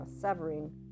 severing